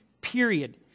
period